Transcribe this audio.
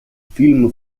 film